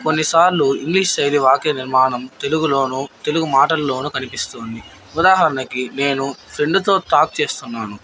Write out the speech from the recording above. కొన్నిసార్లు ఇంగ్లీష్ శైలి వాక్య నిర్మాణం తెలుగులోనూ తెలుగు మాటల్లోనూ కనిపిస్తుంది ఉదాహరణకి నేను ఫ్రెండ్తో టాక్ చేస్తున్నాను